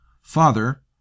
Father